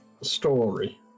Story